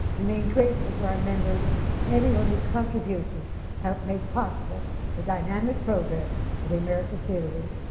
remain grateful for our members and everyone whose contributions help make possible the dynamic programs of the american theatre wing.